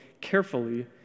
carefully